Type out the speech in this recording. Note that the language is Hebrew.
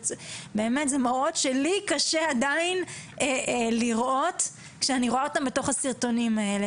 זה באמת מראות שלי קשה עדיין לראות כשאני רואה אותם בסרטונים האלה,